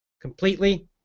completely